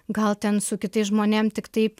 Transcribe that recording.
gal ten su kitais žmonėm tiktai